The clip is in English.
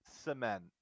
cement